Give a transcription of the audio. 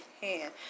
hand